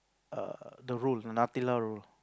err the roll the Nutella roll